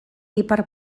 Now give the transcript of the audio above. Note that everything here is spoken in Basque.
ipar